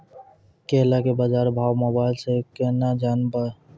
केला के बाजार भाव मोबाइल से के ना जान ब?